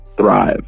thrive